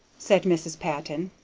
said mrs. patton.